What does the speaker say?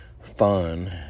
fun